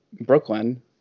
Brooklyn